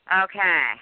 Okay